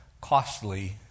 costly